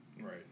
Right